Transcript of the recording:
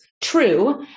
true